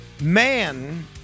man